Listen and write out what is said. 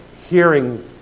hearing